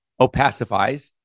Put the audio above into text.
opacifies